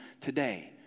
today